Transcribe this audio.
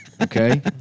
Okay